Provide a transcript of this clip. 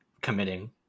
committing